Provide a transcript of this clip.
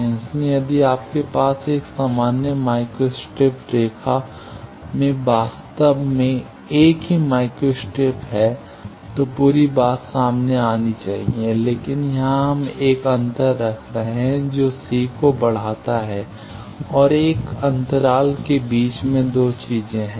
इसलिए यदि आपके पास एक सामान्य माइक्रो स्ट्रिप रेखा में वास्तव में एक ही माइक्रो स्ट्रिप है तो पूरी बात सामने आनी चाहिए लेकिन यहां हम एक अंतर रख रहे हैं जो C को बढ़ाता है और एक अंतराल के बीच में दो चीजें हैं